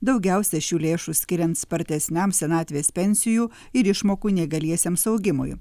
daugiausiai šių lėšų skiriant spartesniam senatvės pensijų ir išmokų neįgaliesiems augimui